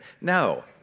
No